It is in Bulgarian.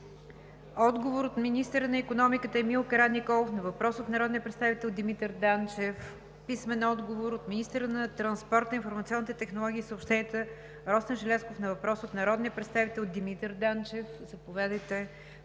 Бурджев; - министъра на икономиката Емил Караниколов на въпрос от народния представител Димитър Данчев; - министъра на транспорта, информационните технологии и съобщенията Росен Желязков на въпрос от народния представител Димитър Данчев;